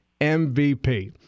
MVP